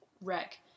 wreck